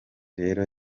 rero